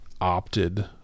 opted